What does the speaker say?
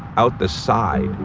out the side.